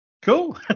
Cool